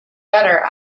better